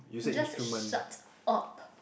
just shut up